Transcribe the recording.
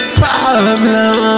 problem